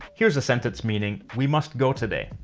here's a sentence meaning we must go today.